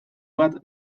bat